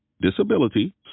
disability